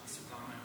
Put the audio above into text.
תודה רבה,